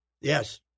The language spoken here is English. Yes